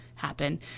Happen